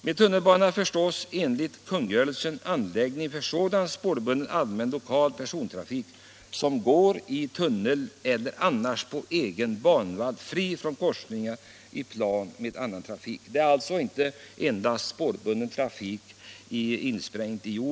Med tunnelbana förstås enligt kungörelsen anläggning för sådan spårbunden allmän lokal persontrafik som går i tunnel eller annars på egen banvall fri från korsningar i plan med annan trafik.